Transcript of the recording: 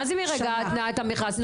מה זה מרגע התנעת המכרז?